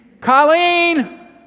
Colleen